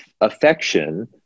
affection